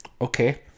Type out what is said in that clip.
Okay